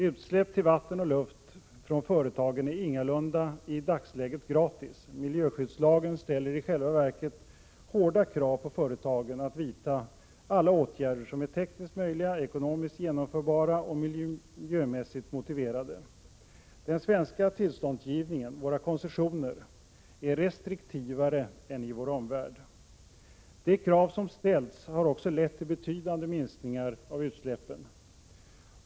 Utsläpp till vatten och luft från företagen är ingalunda i dagsläget gratis. Miljöskyddslagen ställer i själva verket hårda krav på företagen att vidta alla åtgärder som är tekniskt möjliga, ekonomiskt genomförbara och miljömässigt motiverade. Den svenska tillståndsgivningen — våra koncessioner — är restriktivare än i vår omvärld. De krav som ställts har också lett till betydande minskningar av utsläppen.